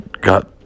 got